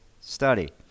study